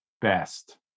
Best